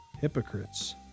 hypocrites